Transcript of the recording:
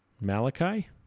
Malachi